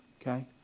Okay